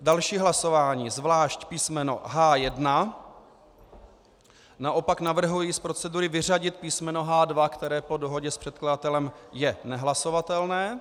Další hlasování je zvlášť písmeno H1, naopak navrhuji z procedury vyřadit písmeno H2, které po dohodě s předkladatelem je nehlasovatelné.